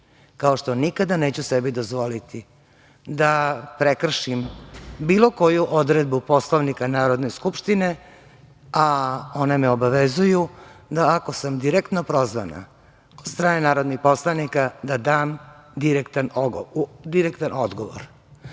Kao što nikada sebi neću dozvoliti da prekršim bilo koju odredbu Poslovnika Narodne skupštine, a one me obavezuju da ako sam direktno prozvana od strane narodnih poslanika da dam direktan odgovor.Za